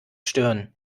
stören